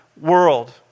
world